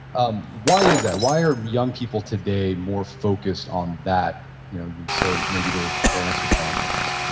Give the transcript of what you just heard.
um why is that? why are young people today more focused on that than say maybe their parents or grandparents?